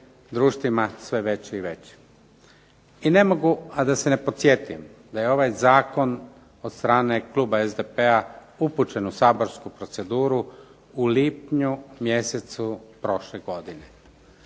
društvima sve veći. I ne mogu a da se ne podsjetim da je ovaj zakon od strane Kluba SDP-a upućen u saborsku proceduru u lipnju mjesecu prošle godine.